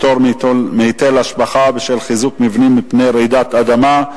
(פטור מהיטל השבחה בשל חיזוק מבנים מפני רעידות אדמה),